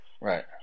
Right